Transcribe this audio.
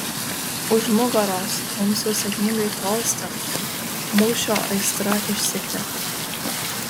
už nugaros mums jau sėkmingai tolstant mūšio aistra išsikvepia